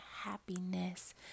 happiness